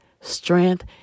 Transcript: strength